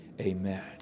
Amen